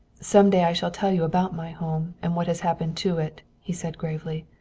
some day i shall tell you about my home and what has happened to it, he said gravely.